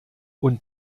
und